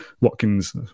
Watkins